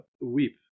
weep